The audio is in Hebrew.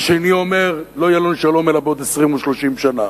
השני אומר: לא יהיה לנו שלום אלא בעוד 20 או 30 שנה.